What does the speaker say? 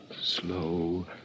slow